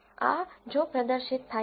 આ જો પ્રદર્શિત થાય છે